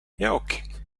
jauki